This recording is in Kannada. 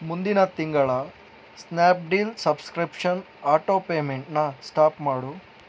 ಮುಂದಿನ ತಿಂಗಳ ಸ್ನ್ಯಾಪ್ಡೀಲ್ ಸಬ್ಸ್ಕ್ರಿಪ್ಷನ್ ಆಟೋಪೇಮೆಂಟ್ನ ಸ್ಟಾಪ್ ಮಾಡು